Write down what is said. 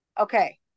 Okay